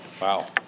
Wow